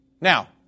Now